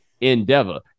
endeavor